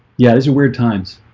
yeah, these are weird times